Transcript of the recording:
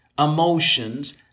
emotions